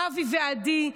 אבי ועדי,